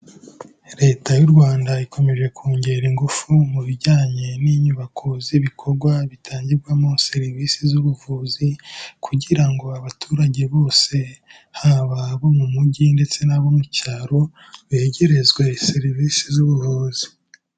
Leta y'u Rwanda ikomeje kongera ingufu mu bijyanye n'inyubako z'ibikorwa bitangirwamo serivisi z'ubuvuzi kugira ngo abaturage bose, haba abo mu mujyi ndetse n'abo mu cyaro begerezwe serivisi z'ubuvuzi.